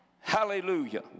Hallelujah